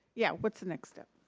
yeah, what's the next step?